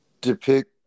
depict